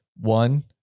One